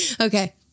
Okay